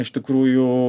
iš tikrųjų